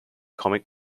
comic